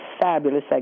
fabulous